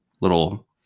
little